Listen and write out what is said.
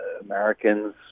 Americans